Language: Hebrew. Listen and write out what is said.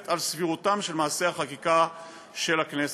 על סבירותם של מעשי החקיקה של הכנסת".